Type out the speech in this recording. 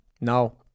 No